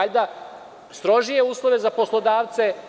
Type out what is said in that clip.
Valjda strožije uslove za poslodavce?